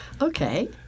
Okay